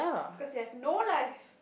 because you have no life